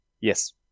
Yes